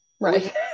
Right